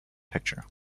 picture